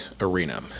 arena